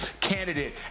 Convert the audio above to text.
candidate